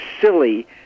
silly